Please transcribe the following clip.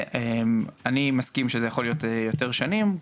אני מסכים שזה יכול להיות יותר שנים,